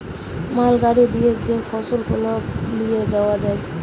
মাল গাড়ি দিয়ে যে ফসল গুলাকে লিয়ে যাওয়া হয়